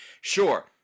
Sure